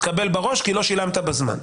תקבל בראש כי לא שילמת בזמן.